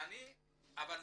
אבל המשתתפים,